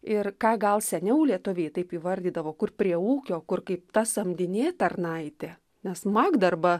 ir ką gal seniau lietuviai taip įvardydavo kur prie ūkio kur kaip ta samdinė tarnaitė nes magda arba